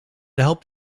helped